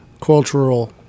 Cultural